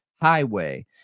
Highway